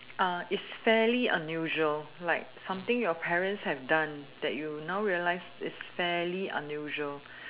uh it's fairly unusual like something your parents have done that you now realize it's fairly unusual